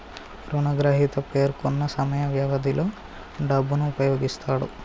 రుణగ్రహీత పేర్కొన్న సమయ వ్యవధిలో డబ్బును ఉపయోగిస్తాడు